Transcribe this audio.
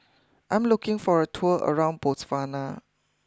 I'm looking for a tour around Botswana